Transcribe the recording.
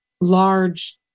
large